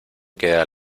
queda